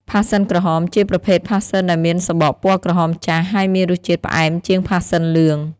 ផាសសិនក្រហម ជាប្រភេទផាសសិនដែលមានសំបកពណ៌ក្រហមចាស់ ហើយមានរសជាតិផ្អែមជាងផាសសិនលឿង។